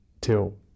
Till